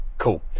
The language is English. Cool